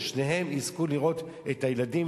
ששניהם יזכו לראות את הילדים,